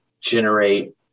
generate